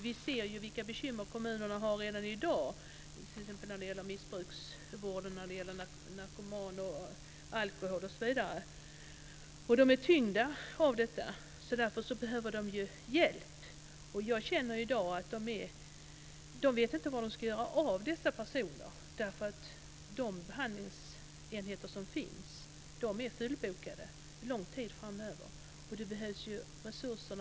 Vi ser vilka bekymmer kommunerna har redan i dag, t.ex. när det gäller missbruksvården - narkotika, alkohol osv. De är tyngda av detta, och därför behöver de hjälp. Jag känner att kommunerna i dag inte vet var de ska göra av dessa personer. De behandlingsenheter som finns är fullbokade lång tid framöver. Det behövs resurser.